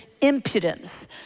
impudence